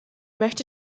möchte